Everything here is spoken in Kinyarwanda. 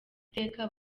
iteka